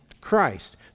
Christ